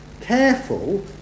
careful